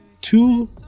two